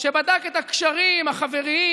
בדק את הקשרים החבריים,